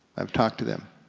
i've talked to them.